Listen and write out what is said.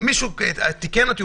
מישהו תיקן אותי,